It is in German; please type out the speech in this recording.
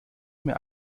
mehr